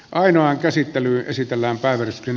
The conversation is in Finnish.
ainoan katsoa tätä siirtymisasiaa